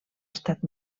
estat